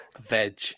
Veg